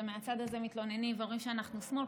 ומהצד הזה מתלוננים ואומרים שאנחנו שמאל,